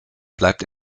bleibt